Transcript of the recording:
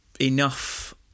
enough